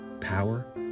Power